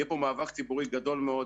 יהיה כאן מאבק ציבורי גדול מאוד,